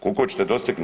Koliko ćete dostignut?